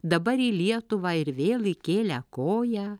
dabar į lietuvą ir vėl įkėlę koją